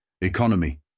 Economy